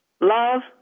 love